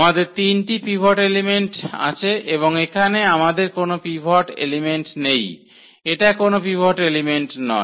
আমাদের তিনটি pivot element আছে এবং এখানে আমাদের কোন পিভট এলিমেন্ট নেই এটা কোন পিভট এলিমেন্ট নয়